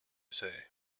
say